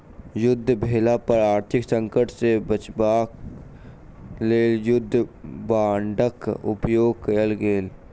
युद्ध भेला पर आर्थिक संकट सॅ बचाब क लेल युद्ध बांडक उपयोग कयल गेल